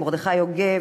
מרדכי יוגב,